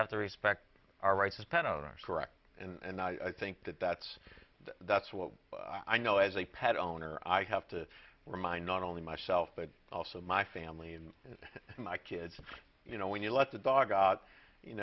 have to respect our rights as pena correct and i think that that's that's what i know as a pet owner i have to remind not only myself but also my family and my kids you know when you let the dog out you